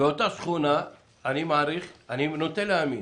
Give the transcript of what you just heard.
אזור פרטי יכול להכיל את שניהם.